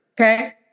Okay